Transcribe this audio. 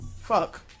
fuck